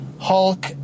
Hulk